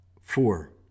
four